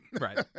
Right